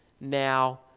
now